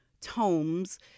tomes